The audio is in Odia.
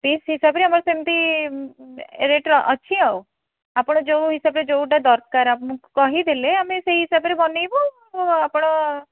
ପିସ୍ ହିସାବରେ ଆମର ସେମତି ରେଟ୍ ଅଛି ଆଉ ଆପଣ ଯେଉଁ ହିସାବରେ ଯେଉଁଟା ଦରକାର ଆମକୁ କହିଦେଲେ ଆମେ ସେଇ ହିସାବରେ ବନାଇବୁ ଆଉ ଆପଣ